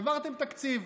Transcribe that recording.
העברתם תקציב.